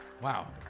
Wow